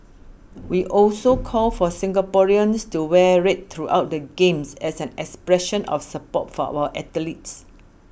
we also call for Singaporeans to wear red throughout the Games as an expression of support for our athletes